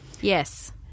Yes